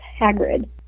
Hagrid